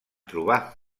trobar